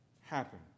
happen